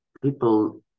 people